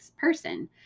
person